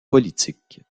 politique